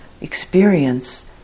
experience